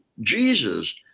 Jesus